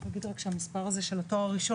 אני אגיד רק שהמספר הזה של התואר הראשון